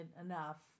enough